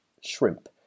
shrimp